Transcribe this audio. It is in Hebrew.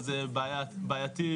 זה בדיוק מה שאומרים.